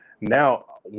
now